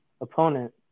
opponent